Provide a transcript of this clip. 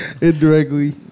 Indirectly